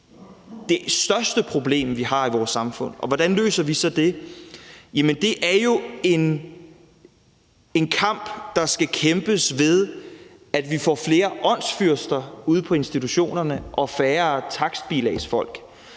det største problem, vi har i vores samfund. Hvordan løser vi så det? Det er jo en kamp, der skal kæmpes ved, at vi får flere åndsfyrster ude i institutionerne og færre takstbilagsfolk.